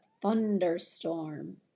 thunderstorm